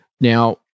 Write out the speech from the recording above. Now